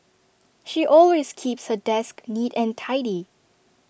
she always keeps her desk neat and tidy